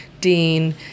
dean